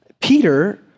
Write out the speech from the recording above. Peter